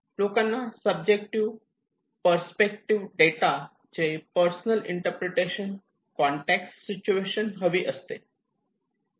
लोकांना subjective perspective data चे personal interpretation context situation हवी असते